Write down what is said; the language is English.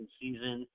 season